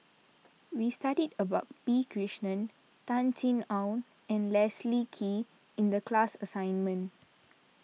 we studied about P Krishnan Tan Sin Aun and Leslie Kee in the class assignment